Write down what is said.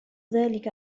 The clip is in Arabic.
ذلك